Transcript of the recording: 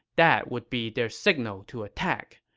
that would be their signal to attack.